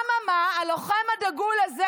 אממה, הלוחם הדגול הזה